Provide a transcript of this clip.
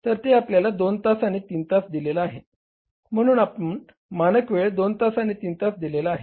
तर ते आपल्याला 2 तास आणि 3 तास दिलेला आहे म्ह्णून आपणास मानक वेळ 2 तास आणि 3 तास दिलेला आहे